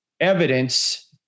evidence